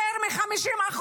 יותר מ-50%,